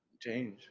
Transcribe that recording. change